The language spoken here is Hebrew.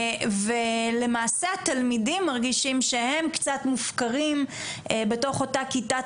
למעשה התלמידים מרגישים שהם קצת מופקרים בתוך אותה כיתת